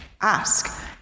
Ask